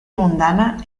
mundana